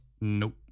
Nope